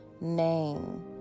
name